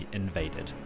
invaded